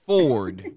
Ford